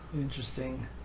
Interesting